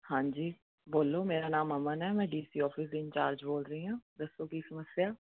ਹਾਂਜੀ ਬੋਲੋ ਮੇਰਾ ਨਾਮ ਅਮਨ ਹੈ ਮੈਂ ਡੀ ਸੀ ਔਫਿਸ ਦੀ ਇੰਚਾਰਜ ਬੋਲ ਰਹੀ ਹਾਂ ਦੱਸੋ ਕੀ ਸਮੱਸਿਆ